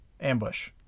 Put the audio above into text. ambush